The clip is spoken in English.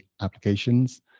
applications